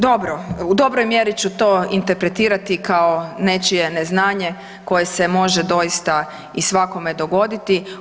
Dobro, u dobroj mjeri ću to interpretirati kao nečije neznanje koje se može doista i svakome dogoditi.